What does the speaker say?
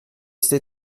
sais